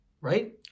right